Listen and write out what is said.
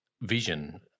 vision